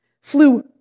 flew